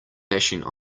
bashing